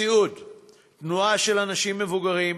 תנועה של אנשים מבוגרים,